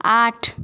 আট